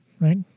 right